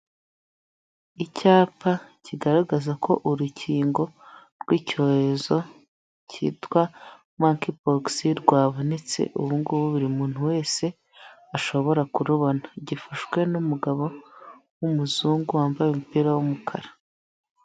Icyapa kigaragaza ko urukingo rw'icyorezo cyitwa manki pogisi rwabonetse, ubu ngubu buri muntu wese ashobora kurubona, gifashwe n'umugabo w'umuzungu wambaye umupira w'umukara.